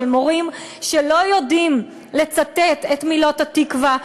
של מורים שלא יודעים לצטט את מילות "התקווה",